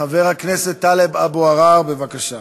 חבר הכנסת טלב אבו עראר, בבקשה.